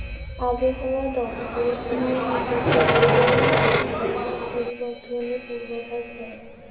আবহাওয়া দপ্তর নিয়মিত ভাবে দৈনিক আবহাওয়া পরিবর্তনের পূর্বাভাস দেয়